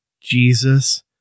Jesus